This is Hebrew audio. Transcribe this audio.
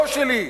לא שלי,